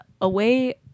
Away